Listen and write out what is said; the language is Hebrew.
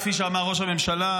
כפי שאמר ראש הממשלה,